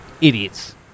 idiots